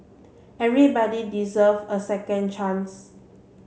everybody deserve a second chance